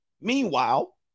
Meanwhile